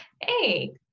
Hey